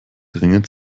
dringend